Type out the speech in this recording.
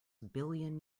billion